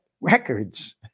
records